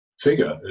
figure